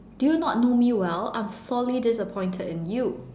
do you not know me well I'm sorely disappointed in you